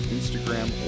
Instagram